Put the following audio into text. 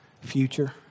future